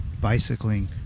bicycling